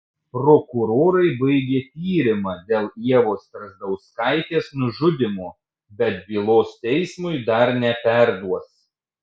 prokurorai baigė tyrimą dėl ievos strazdauskaitės nužudymo bet bylos teismui dar neperduos